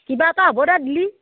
কিবা এটা হ'ব দে দিলে